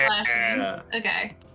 Okay